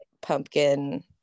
pumpkin